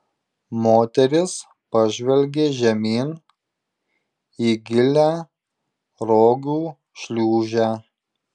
moteris pažvelgė žemyn į gilią rogių šliūžę